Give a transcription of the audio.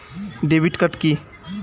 Debit card key?